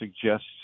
suggests